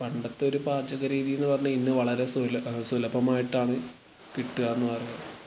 പണ്ടത്തെ ഒരു പാചക രീതി എന്ന് പറഞ്ഞാൽ ഇന്ന് വളരെ സുലഭ സുലഭമായിട്ടാണ് കിട്ടുക എന്ന്